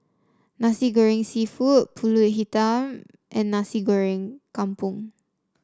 Nasi Goreng seafood pulut hitam and Nasi Goreng Kampung